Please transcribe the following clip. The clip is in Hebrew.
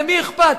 למי אכפת?